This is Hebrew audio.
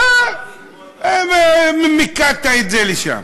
זה נולד בעקבות, מיקדת את זה לשָם.